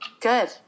Good